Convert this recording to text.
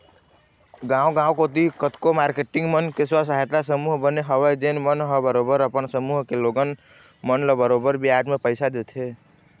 गाँव गाँव कोती कतको मारकेटिंग मन के स्व सहायता समूह बने हवय जेन मन ह बरोबर अपन समूह के लोगन मन ल बरोबर बियाज म पइसा देथे